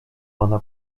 ona